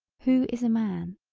who is a man.